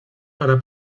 para